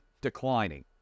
declining